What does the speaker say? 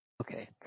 okay